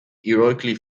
heroically